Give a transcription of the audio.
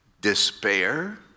despair